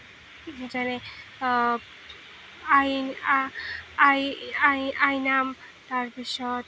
যেনে আই আ আই আই আইনাম তাৰপিছত